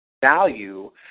value